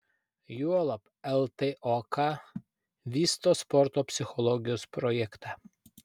juolab ltok vysto sporto psichologijos projektą